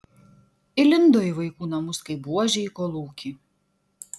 įlindo į vaikų namus kaip buožė į kolūkį